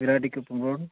Piratti Kuppam road